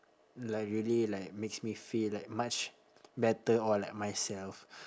like really like makes me feel like much better or like myself